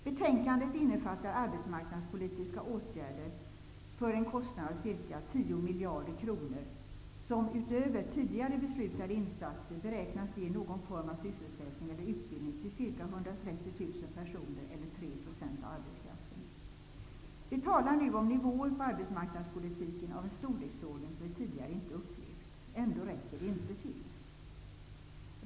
Betänkandet innefattar arbetsmarknadspolitiska åtgärder för en kostnad av ca 10 miljarder kronor som utöver tidigare beslutade insatser beräknas ge någon form av sysselsättning eller utbildning till ca Vi talar nu om nivåer på arbetsmarknadspolitiken av en storleksordning som vi tidigare inte upplevt. Ändå räcker det inte till.